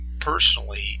personally